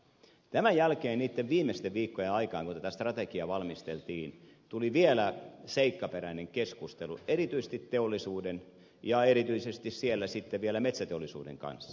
tämän jälkeen niitten viimeisten viikkojen aikaan kun tätä strategiaa valmisteltiin tuli vielä seikkaperäinen keskustelu erityisesti teollisuuden ja erityisesti siellä vielä metsäteollisuuden kanssa